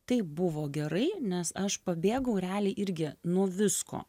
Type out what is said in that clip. taip buvo gerai nes aš pabėgau realiai irgi nuo visko